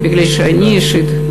מפני שאני אישית,